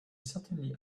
certainly